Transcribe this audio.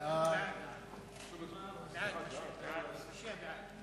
ההצעה להעביר את